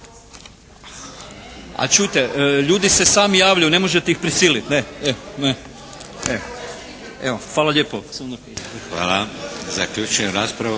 A čujte, ljudi se sami javljaju, ne možete ih prisiliti. Evo, hvala lijepo. **Šeks, Vladimir